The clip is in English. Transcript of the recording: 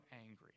angry